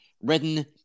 written